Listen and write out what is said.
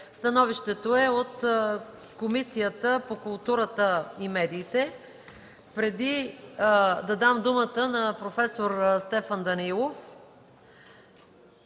Становището е от Комисията по културата и медиите. Преди да дам думата на проф. Стефан Данаилов,